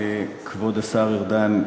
כבוד השר ארדן,